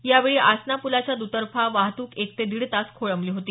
यावेळी आसना प्लाच्या दुतर्फा वाहतूक एक ते दीड तास खोळंबली होती